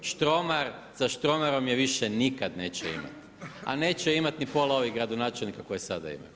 Štromar, sa Štromarom je više nikad neće imati, a neće je imati ni pola ovih gradonačelnika koji je sada imaju.